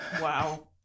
Wow